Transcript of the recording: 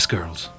Girls